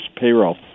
payroll